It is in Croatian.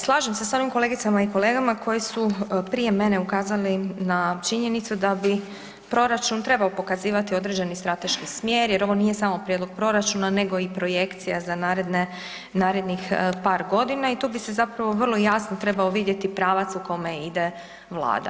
Slažem se s onim kolegicama i kolegama koji su prije mene ukazali na činjenicu da bi proračun trebao pokazivati određeni strateški smjer jer ovo nije samo prijedlog proračuna nego i projekcija za naredne, narednih par godina i tu bi se zapravo vrlo jasno trebao vidjeti pravac u kome ide vlada.